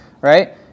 right